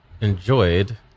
enjoyed